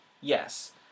yes